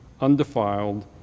undefiled